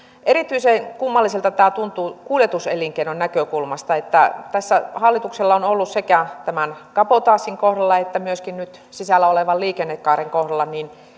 erityisen kummalliselta tämä tuntuu kuljetuselinkeinon näkökulmasta hallituksella on ollut sekä kabotaasin kohdalla että myöskin nyt sisällä olevan liikennekaaren kohdalla